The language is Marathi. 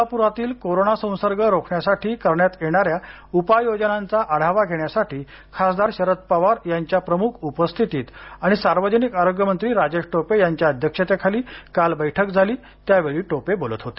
सोलापूरातील कोरोना संसर्ग रोखण्यासाठी करण्यात येणाऱ्या उपाययोजनांचा आढावा घेण्यासाठी खासदार शरद पवार यांच्या प्रमुख उपस्थितीत आणि सार्वजनिक आरोग्यमंत्री राजेश टोपे यांच्या अध्यक्षतेखाली काल बैठक झाली यावेळी टोपे बोलत होते